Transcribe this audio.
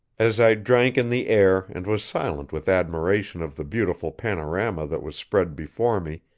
as i drank in the air and was silent with admiration of the beautiful panorama that was spread before me,